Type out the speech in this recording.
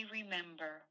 remember